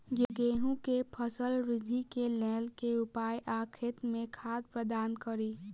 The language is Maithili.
गेंहूँ केँ फसल वृद्धि केँ लेल केँ उपाय आ खेत मे खाद प्रदान कड़ी?